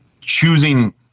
choosing